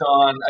on